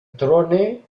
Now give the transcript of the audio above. trone